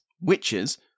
witches